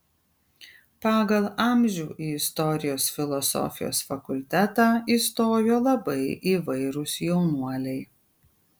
pagal amžių į istorijos filosofijos fakultetą įstojo labai įvairūs jaunuoliai